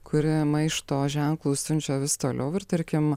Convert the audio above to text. kuria maišto ženklus siunčia vis toliau ir tarkim